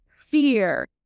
fear